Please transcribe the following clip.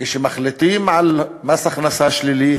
כשמחליטים על מס הכנסה שלילי,